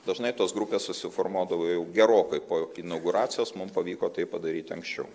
dažnai tos grupės susiformuodavo jau gerokai po inauguracijos mum pavyko tai padaryti anksčiau